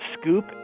scoop